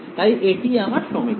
তাই এটি আমার সমীকরণ